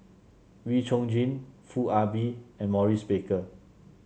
Wee Chong Jin Foo Ah Bee and Maurice Baker